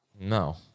No